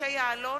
משה יעלון,